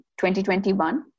2021